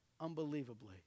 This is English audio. unbelievably